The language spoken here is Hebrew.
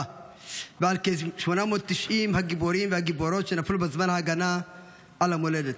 ועל כ-890 הגיבורים והגיבורות שנפלו בזמן ההגנה על המולדת.